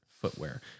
footwear